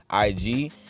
IG